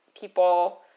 people